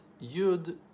Yud